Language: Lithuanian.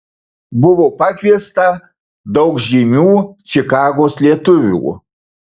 buvo pakviesta daug žymių čikagos lietuvių